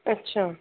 ਅੱਛਾ